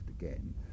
again